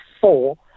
four